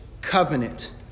covenant